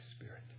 Spirit